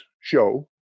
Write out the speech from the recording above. show